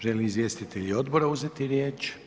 Žele li izvjestitelji odbora uzeti riječ?